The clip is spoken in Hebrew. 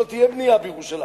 שלא תהיה בנייה בירושלים.